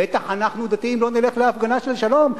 בטח אנחנו הדתיים לא נלך להפגנה של שלום,